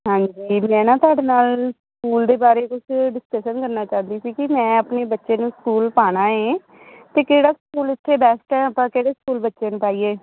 ਹਾਂਜੀ ਮੈਂ ਨਾ ਤੁਹਾਡੇ ਨਾਲ ਸਕੂਲ ਦੇ ਬਾਰੇ ਕੁਛ ਡਿਸਕਸ਼ਨ ਕਰਨਾ ਚਾਹੁੰਦੀ ਸੀ ਕਿ ਮੈਂ ਆਪਣੇ ਬੱਚੇ ਨੂੰ ਸਕੂਲ ਪਾਉਣਾ ਹੈ ਅਤੇ ਕਿਹੜਾ ਸਕੂਲ ਉੱਥੇ ਬੈਸਟ ਆ ਆਪਾਂ ਕਿਹੜੇ ਸਕੂਲ ਬੱਚੇ ਨੂੰ ਪਾਈਏ